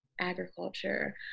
agriculture